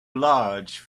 large